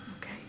Okay